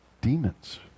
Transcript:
demons